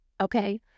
Okay